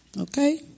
okay